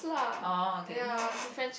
orh okay ya ya